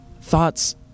thoughts